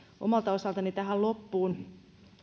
omalta osaltani tähän loppuun